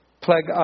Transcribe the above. plague